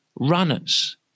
runners